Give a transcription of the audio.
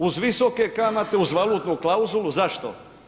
Uz visoke kamate, uz valutnu klauzulu, zašto?